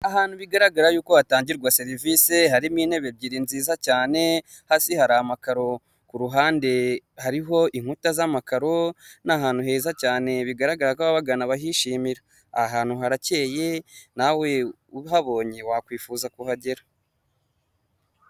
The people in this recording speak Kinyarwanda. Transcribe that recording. Aha ni mu ikaragiro ry'amata aho hagaragaramo imashini zagenewe gutunganya amata, hakagaragaramo ameza, harimo indobo, harimo amakaro. Iyo urebye ku nkuta hariho irange ry'ubururu, urukuta rwiza cyane rusa n'ubururu ndetse aha hantu ni heza pe.